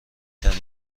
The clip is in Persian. ترین